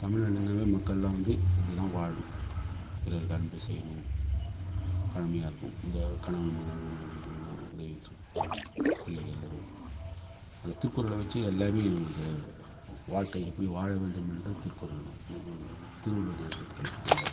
தமிழ்நாடுனாவே மக்களெல்லாம் வந்து இப்டி தான் வாழணும் பிறருக்கு அன்பு செய்யணும் பழமையாக இருக்கணும் இந்த கணவன் மனைவி பிள்ளைகள் அந்த திருக்குறளை வைச்சே எல்லாமே இங்கே வாழ்க்கை எப்படி வாழ வேண்டும் என்று திருக்குறள் திருவள்ளுவர் எழுதிருக்கார் நல்லா